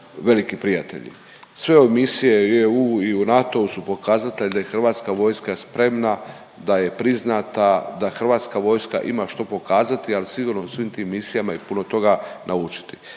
veliki prijatelji. Sve ove misije i u EU i u NATO-u su pokazatelj da je Hrvatska vojska spremna, da je priznata, da Hrvatska vojska ima što pokazati ali sigurno u svim tim misijama i puno toga naučiti.